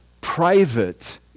private